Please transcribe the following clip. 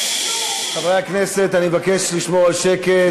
חברי הכנסת, אני מבקש לשמור על שקט.